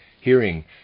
Hearing